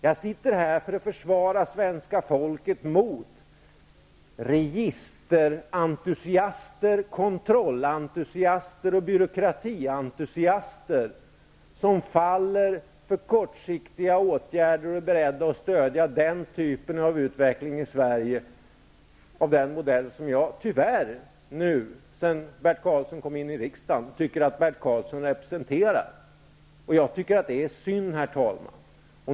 Jag sitter här för att försvara svenska folket mot registerentusiaster, kontrollentusiaster och byråkratientusiaster, som faller för kortsiktiga åtgärder och är beredda att stödja en utveckling i Sverige av den modell som jag tyvärr tycker att Bert Karlsson representerar, sedan Bert Karlsson kom in i riksdagen. Jag tycker att det är synd. Herr talman!